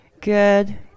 Good